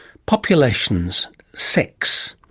populations. sex.